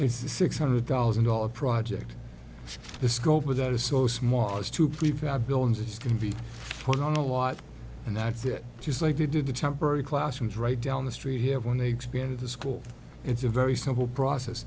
it's a six hundred thousand dollars project the scope of that is so small as to prevent a building just can be put on a lot and that's it just like you do the temporary classrooms right down the street here when they expanded the school it's a very simple process